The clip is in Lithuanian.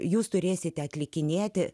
jūs turėsite atlikinėti